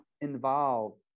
involved